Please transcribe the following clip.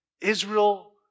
Israel